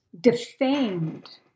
defamed